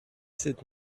sept